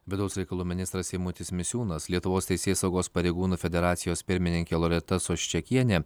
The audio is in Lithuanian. vidaus reikalų ministras eimutis misiūnas lietuvos teisėsaugos pareigūnų federacijos pirmininkė loreta soščekienė